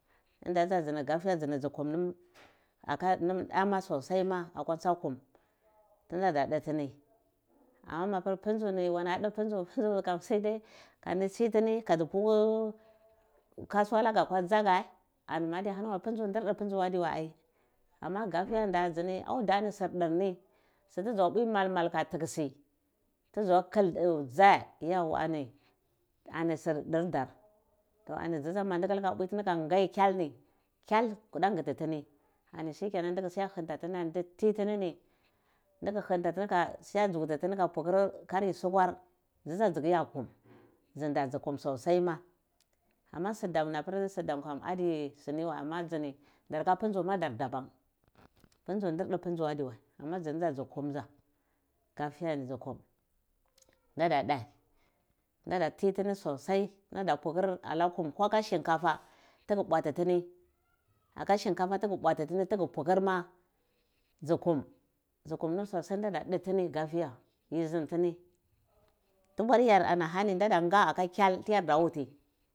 Inda ni dzni gajiyani dzu kum nam da sosai ma akwa ntsa kum ndi ndi ana dhu tini ama mapir punazu ni wanna dhu phundzu pundzai sai dae kandi tsdini kandi na ndeh kasuwa lago akwa dzagher mai ndir dhu pundzu ahdi wu ai ama gajiya da auda ni ani sir dur ni su ta dzo pwi su mal mal ka dzi tuksi ta dzo kul dzhe ani sil dir dah to dzi dza mandi luka putini aka kyel ni kuda ngut tini ani shikenan duku siya hunta tini duka tsininini duka hintini ka sukwa dzukgti tini kla pu karir suku dzi dza dzu kudiya kum dzinda dzi kum sosai ma ama su dam na pir su dam ni adi sina wa anaa dzini ala pundzu dabam pundzu dur du pundgu kam adiwai ama dzi ni dza dza kum gajiya ni dzi kum nda nda dhe nda nda ti tini sosai ndada pukur alar kum ala sinkafa tugu bwati tini aka shinkafa tigi bwatitrar sosai dzukum dzukumur ni sosai nda da dhu tini gafiya yi zindi tini tuburyal ahani nda nda k nga aka kyel